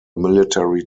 military